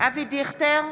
אבי דיכטר,